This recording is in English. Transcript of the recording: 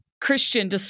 Christian